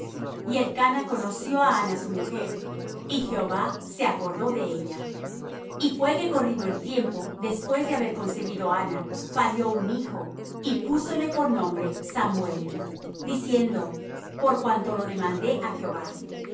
y elcana conoció á anna su mujer y jehová se acordó de ella y fué que corrido el tiempo después de haber concebido anna parió un hijo y púsole por nombre samuel diciendo por cuanto lo demandé á jehová